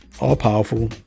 all-powerful